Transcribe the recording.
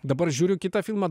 dabar žiūriu kitą filmą